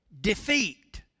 defeat